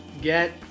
get